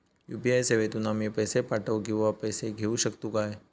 UPI सेवेतून आम्ही पैसे पाठव किंवा पैसे घेऊ शकतू काय?